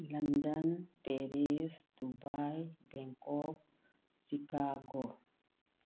London Paris Dubai Bangkok Chicago